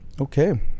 Okay